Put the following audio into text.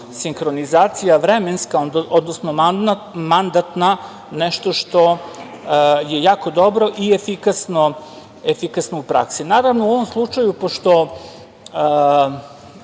sinhronizacija vremenska, odnosno mandatna nešto što je jako dobro i efikasno u praksi. Naravno, u ovom slučaju pošto